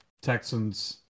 Texans